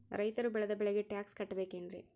ರೈತರು ಬೆಳೆದ ಬೆಳೆಗೆ ಟ್ಯಾಕ್ಸ್ ಕಟ್ಟಬೇಕೆನ್ರಿ?